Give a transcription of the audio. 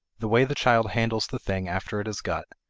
the way the child handles the thing after it is got,